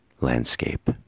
landscape